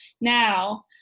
Now